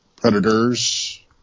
predators